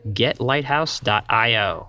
getlighthouse.io